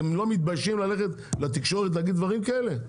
אתם לא מתביישים ללכת לתקשורת ולהגיד דברים כאלה?